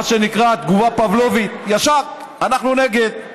מה שנקרא, תגובה פבלובית, ישר: אנחנו נגד.